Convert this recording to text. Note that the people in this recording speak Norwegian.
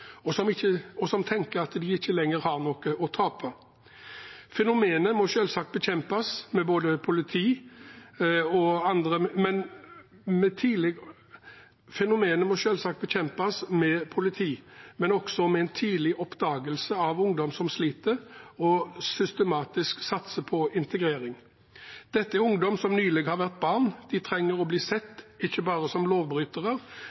at de ikke lenger har noe å tape. Fenomenet må selvsagt bekjempes med politi, men også med en tidlig oppdagelse av ungdom som sliter, og systematisk å satse på integrering. Dette er ungdom som nylig har vært barn. De trenger å bli sett, ikke bare som lovbrytere,